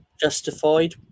justified